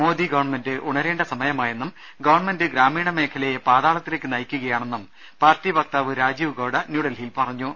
Modi government ഉണരേണ്ട സമയമായെന്നും government ഗ്രാമീണ മേഖലയെ പാതാളത്തിലേക്ക് നയിക്കുകയാ ണെന്നും പാർട്ടി വക്താവ് രാജീവ് ഗൌഡ ന്യൂഡൽഹിയിൽ പറഞ്ഞു